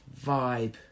vibe